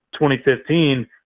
2015